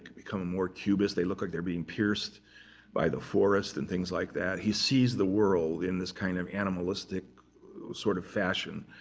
become more cubist. they look like they're being pierced by the forest and things like that. he sees the world in this kind of animalistic sort of fashion.